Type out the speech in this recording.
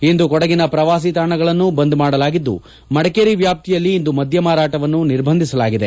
ಇಂದು ಕೊಡಗಿನ ಪ್ರವಾಸಿ ತಾಣಗಳನ್ನು ಬಂದ್ ಮಾಡಲಾಗಿದ್ದು ಮಡಿಕೇರಿ ವ್ಯಾಪ್ತಿಯಲ್ಲಿ ಇಂದು ಮದ್ಯ ಮಾರಾಟವನ್ನೂ ನಿರ್ಬಂಧಿಸಲಾಗಿದೆ